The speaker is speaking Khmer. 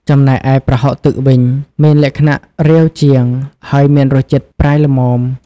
ចំណែកឯ ប្រហុកទឹក វិញ មានលក្ខណៈរាវជាង ហើយមានរសជាតិប្រៃល្មម។